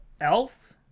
Elf